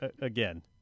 again